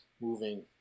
moving